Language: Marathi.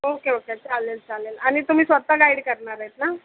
ओके ओके चालेल चालेल आणि तुम्ही स्वतः गाईड करणार आहेत ना